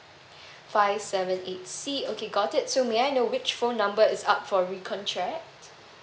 five seven eight C okay got it so may I know which phone number is up for recontract